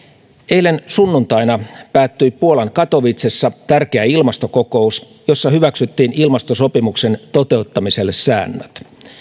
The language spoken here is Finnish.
eilen sunnuntaina päättyi puolan katowicessa tärkeä ilmastokokous jossa hyväksyttiin ilmastosopimuksen toteuttamiselle säännöt